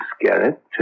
Garrett